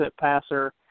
passer